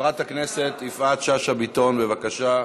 חברת הכנסת יפעת שאשא ביטון, בבקשה,